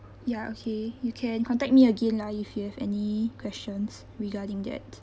ya okay you can contact me again lah if you have any questions regarding that